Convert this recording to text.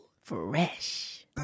Fresh